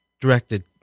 directed